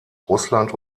russland